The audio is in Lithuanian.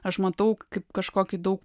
aš matau kaip kažkokį daug